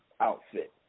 outfit